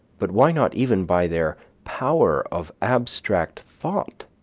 but why not even by their power of abstract thought,